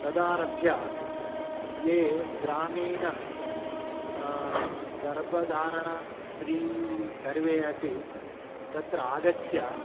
तदारभ्य ये ग्रामीण गर्भधारण स्री सर्वे अपि तत्र आगत्य